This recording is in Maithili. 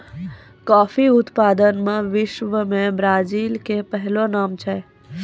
कॉफी उत्पादन मॅ विश्व मॅ ब्राजील के पहलो नाम छै